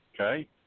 Okay